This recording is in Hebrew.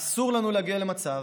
אסור לנו להגיע למצב